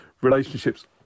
relationships